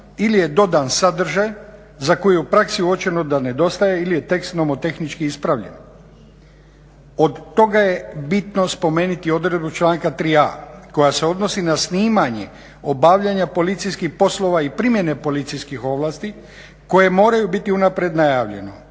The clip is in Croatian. ili je dodan sadržaj za koji je u praksi uočeno da nedostaje ili je tekst nomotehnički ispravljen. Od toga je bitno spomenuti odredbu članka 3.a koja se odnosi na snimanje obavljanja policijskih poslova i primjene policijskih ovlasti koje moraju biti unaprijed najavljene,